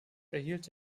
erhielt